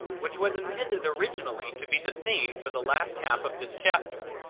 which was intended originally to be the theme for the last half of this chapter,